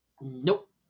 Nope